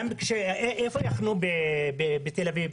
איפה יחנו בתל-אביב?